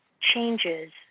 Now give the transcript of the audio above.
changes